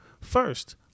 First